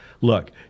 look